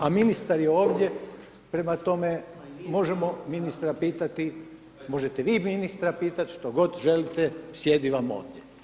A ministar je ovdje, prema tome, možemo ministra pitati, možete vi ministra pitati što god želite, sjedi vam ovdje.